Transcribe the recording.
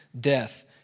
death